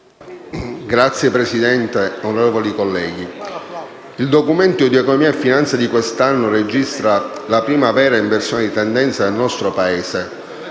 Signora Presidente, onorevoli colleghi, il Documento di economia e finanza di quest'anno registra la prima vera inversione di tendenza del nostro Paese